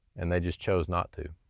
and they just chose not to.